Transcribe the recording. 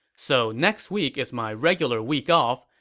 so next week is my regular week off,